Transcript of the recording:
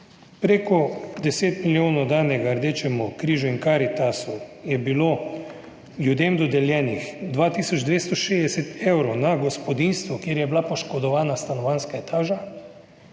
preko 10 milijonov danega Rdečemu križu in Karitasu, je bilo ljudem dodeljenih 2 tisoč 260 evrov na gospodinjstvo, kjer je bila poškodovana stanovanjska etaža,